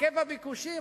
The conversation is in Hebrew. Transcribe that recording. היקף הביקושים,